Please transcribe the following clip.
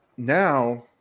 Now